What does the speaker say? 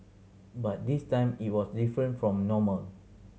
but this time it was different from normal